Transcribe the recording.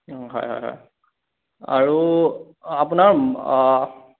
হয় হয় হয় আৰু আপোনাৰ